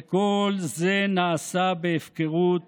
וכל זה נעשה בהפקרות